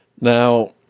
Now